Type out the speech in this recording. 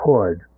Hood